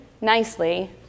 nicely